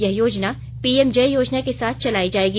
यह योजना PM JAY योजना के साथ चलाई जाएगी